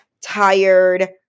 tired